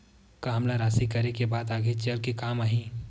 का हमला राशि करे के बाद आगे चल के काम आही?